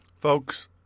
Folks